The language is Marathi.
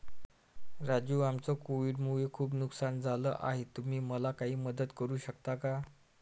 राजू आमचं कोविड मुळे खूप नुकसान झालं आहे तुम्ही मला काही मदत करू शकता का?